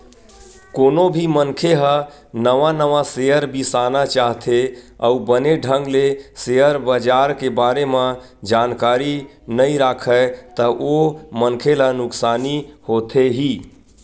कोनो भी मनखे ह नवा नवा सेयर बिसाना चाहथे अउ बने ढंग ले सेयर बजार के बारे म जानकारी नइ राखय ता ओ मनखे ला नुकसानी होथे ही